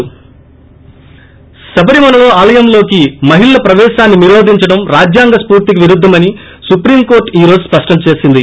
break Sabarimala ఆలయంలోకి మహిళల ప్రవేశాన్ని నిరోధించడం రాజ్యాంగ స్పూర్తికి విరుద్దమని సుప్రీం కోర్టు ఈ రోజు స్పష్టం చేసింది